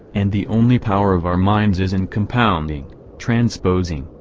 and the only power of our minds is in compounding, transposing,